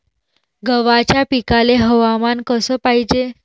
गव्हाच्या पिकाले हवामान कस पायजे?